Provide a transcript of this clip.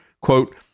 quote